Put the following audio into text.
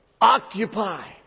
Occupy